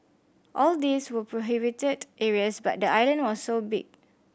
all these were prohibited areas but the island was so big